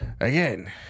again